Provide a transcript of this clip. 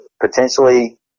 potentially